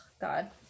God